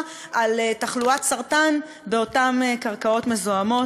על תחלואת סרטן באותן קרקעות מזוהמות.